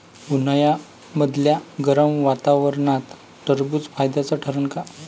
उन्हाळ्यामदल्या गरम वातावरनात टरबुज फायद्याचं ठरन का?